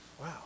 Wow